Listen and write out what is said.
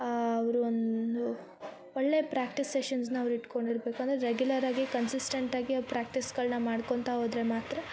ಅವರು ಒಂದು ಒಳ್ಳೆಯ ಪ್ರ್ಯಾಕ್ಟಿಸೇಷನ್ಸನ ಅವ್ರು ಇಟ್ಕೊಂಡಿರಬೇಕು ಅಂದರೆ ರೆಗ್ಯುಲರಾಗಿ ಕನ್ಸಿಸ್ಟೆಂಟಾಗಿ ಅವ್ರ ಪ್ರ್ಯಾಕ್ಟಿಸ್ಗಳನ್ನ ಮಾಡ್ಕೊಳ್ತಾ ಹೋದ್ರೆ ಮಾತ್ರ